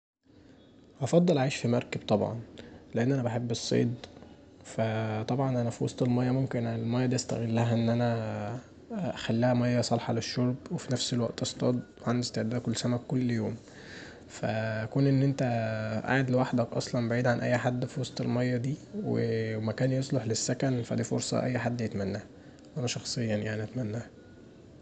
أفضل اعيش في مركب طبعا، لان انا بحب الصيد فطبعا انا في وسط الميه، الميه دي ممكن استغلها ان انا اخليها ميه صالحه للشرب وفي نفس الوقت اصطاد، عندي استعداد اكل سمك كل يوم فكون ان انت قاعد لوحدك اصلا بعيد عن اي حد في وسط الميه دي ومكان يصلح للسكن فدي فرصه اي حد يتمناها، انا شخصيا اتمناها.